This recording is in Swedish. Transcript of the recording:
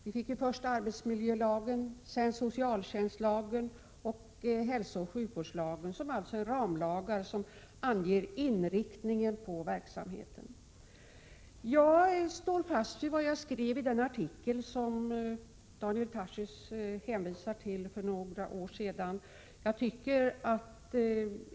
Vi fick först arbetsmiljölagen, sedan socialtjänstlagen och därefter hälsooch sjukvårdslagen som är ramlagar som anger inriktningen av verksamheten. Jag står fast vid vad jag skrev i den artikel för några år sedan som Daniel Tarschys hänvisar till.